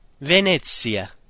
Venezia